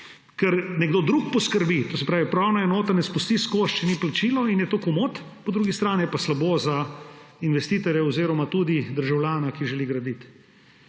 to nekdo drug poskrbi, upravna enota ne spusti skozi, če ni plačila, in je to komot, po drugi strani je pa slabo za investitorja oziroma tudi državljana, ki želi graditi.